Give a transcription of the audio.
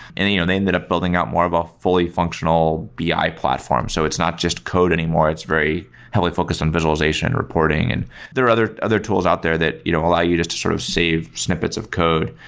and they you know they ended up building out more of a fully functional bi platform. so it's not just code anymore. it's very heavily focused on visualization reporting, and there are other other tools out there that you know allow you just to sort of save snippets of code.